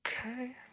Okay